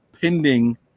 pending